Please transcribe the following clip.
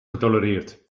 getolereerd